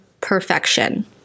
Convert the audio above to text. perfection